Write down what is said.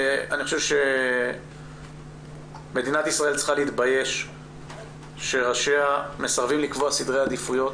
אני חושב שמדינת ישראל צריכה להתבייש שראשיה מסרבים לקבוע סדרי עדיפויות